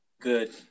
Good